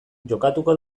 jokatuko